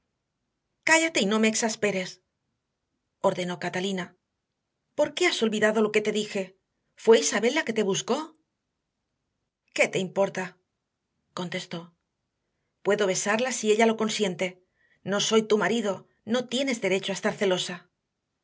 cállate y no me exasperes ordenó catalina por qué has olvidado lo que te dije fue isabel la que te buscó qué te importa contestó puedo besarla si ella lo consiente no soy tu marido no tienes derecho a estar celosa